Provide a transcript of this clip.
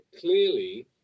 clearly